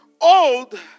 old